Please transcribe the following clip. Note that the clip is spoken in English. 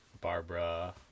Barbara